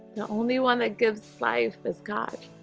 the only one that gives life is god